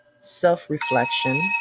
self-reflection